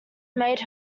made